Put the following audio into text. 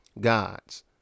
gods